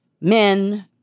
men